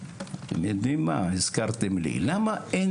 למה אין